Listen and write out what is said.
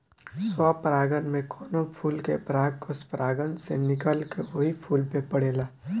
स्वपरागण में कवनो फूल के परागकोष परागण से निकलके ओही फूल पे पड़ेला